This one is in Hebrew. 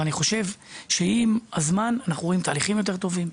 אבל אני חושב שעם הזמן אנחנו רואים תהליכים יותר טובים,